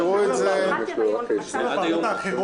אם הם יאפשרו את זה --- בוועדות האחרות